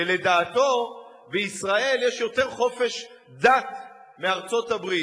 שלדעתו בישראל יש יותר חופש דת מבארצות-הברית.